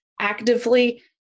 actively